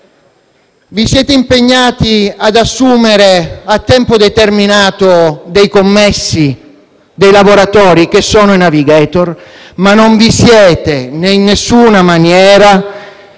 vi siete impegnati ad assumere a tempo determinato dei commessi e dei lavoratori (che sono i *navigator*), ma non vi siete in alcuna maniera